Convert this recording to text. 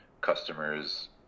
Customers